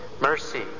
mercy